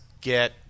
get